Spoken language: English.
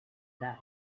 die